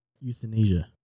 euthanasia